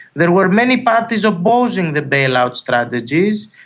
there were many parties opposing the bailout strategies,